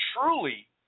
truly